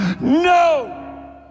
No